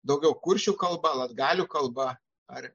daugiau kuršių kalba latgalių kalba ar